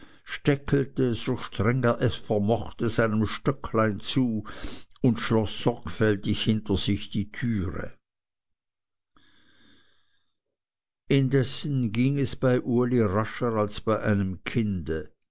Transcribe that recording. steckelte so streng er es vermochte seinem stöcklein zu und schloß sorgfältig hinter sich die türe indessen ging es bei uli rascher als bei einem kinde